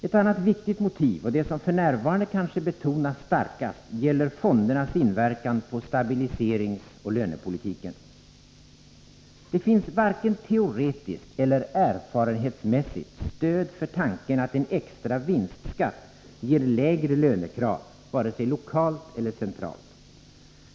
Ett annat viktigt motiv, och det som f. n. kanske betonas starkast, gäller fondernas inverkan på stabiliseringsoch lönepolitiken. Det finns varken teoretiskt eller erfarenhetsmässigt stöd för tanken att en extra vinstskatt ger lägre lönekrav vare sig lokalt eller centralt.